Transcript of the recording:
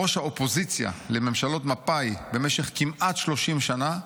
ראש האופוזיציה לממשלות מפא"י במשך כמעט 30 שנה,